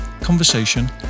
conversation